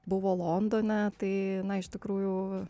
buvo londone tai na iš tikrųjų